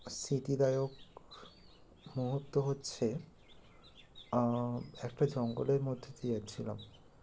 স্মৃতিদায়ক মুহুর্ত হচ্ছে একটা জঙ্গলের মধ্যে দিয়ে যাচ্ছিলাম